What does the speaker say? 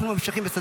מה זאת אומרת?